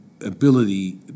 ability